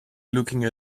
looking